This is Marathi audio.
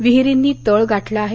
विहिरींनी तळ गाठला आहे